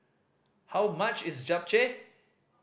how much is Japchae